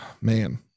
man